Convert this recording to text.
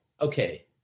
okay